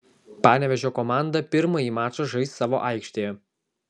panevėžio komanda pirmąjį mačą žais savo aikštėje